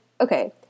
okay